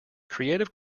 creative